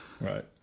Right